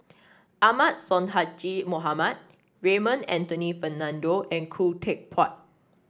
Ahmad Sonhadji Mohamad Raymond Anthony Fernando and Khoo Teck Puat